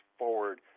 forward